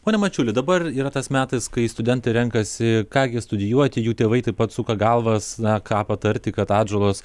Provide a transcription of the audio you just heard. pone mačiuli dabar yra tas metas kai studentai renkasi ką gi studijuoti jų tėvai taip pat suka galvas na ką patarti kad atžalos